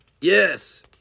Yes